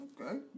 Okay